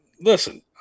listen